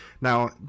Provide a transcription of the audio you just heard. Now